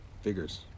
Figures